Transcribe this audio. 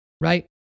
right